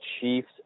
Chiefs